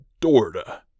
dorda